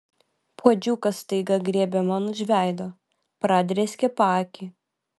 puodžiukas staiga griebė man už veido pradrėskė paakį